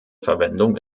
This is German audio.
verwendung